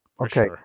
okay